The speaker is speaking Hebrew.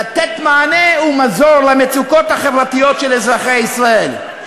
לתת מענה ומזור למצוקות החברתיות של אזרחי ישראל,